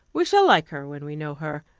we shall like her when we know her.